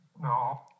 No